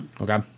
Okay